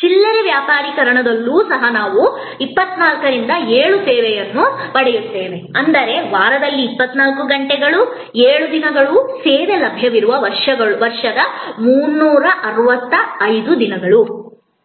ಚಿಲ್ಲರೆ ವ್ಯಾಪಾರೀಕರಣದಲ್ಲಿಯೂ ಸಹ ನಾವು 24 ರಿಂದ 7 ಸೇವೆಯನ್ನು ಪಡೆಯುತ್ತೇವೆ ಅಂದರೆ ವಾರದಲ್ಲಿ 24 ಗಂಟೆಗಳ 7 ದಿನಗಳು ಸೇವೆ ಲಭ್ಯವಿರುವ ವರ್ಷದ 365 ದಿನಗಳು ಆಗಿರುತ್ತದೆ